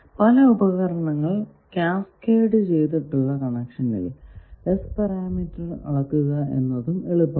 പല ഉപകരണങ്ങൾ കാസ്കേഡ് ചെയ്തിട്ടുള്ള കണക്ഷനിൽ S പാരാമീറ്റർ അളക്കുക എന്നതും എളുപ്പമാണ്